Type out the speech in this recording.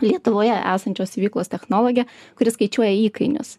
lietuvoje esančios siuvyklos technologė kuri skaičiuoja įkainius